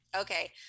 Okay